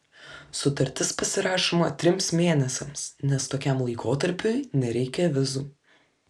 sutartis pasirašoma trims mėnesiams nes tokiam laikotarpiui nereikia vizų